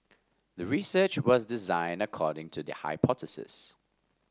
the research was designed according to the hypothesis